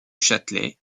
châtelet